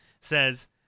says